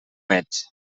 ets